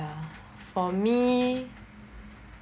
for me